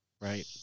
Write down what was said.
Right